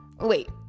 wait